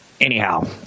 Anyhow